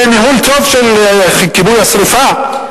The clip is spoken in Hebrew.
זה ניהול טוב של כיבוי השרפה?